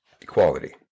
equality